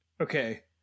okay